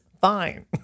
fine